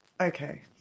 okay